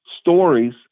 stories